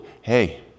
hey